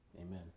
amen